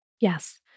Yes